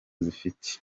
zifite